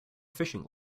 fishing